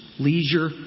Leisure